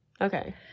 Okay